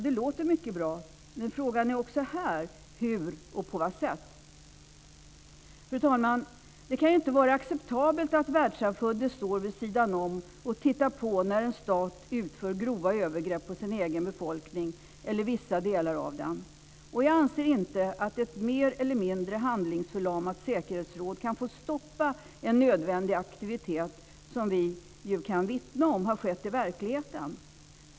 Det låter mycket bra, men frågan är också här hur och på vad sätt. Fru talman! Det kan inte vara acceptabelt att världssamfundet står vid sidan om och tittar på när en stat utför grova övergrepp på sin egen befolkning eller vissa delar av den. Jag anser inte att ett mer eller mindre handlingsförlamat säkerhetsråd kan få stoppa en nödvändig aktivitet, som vi kan vittna om har skett i verkligheten.